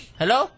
hello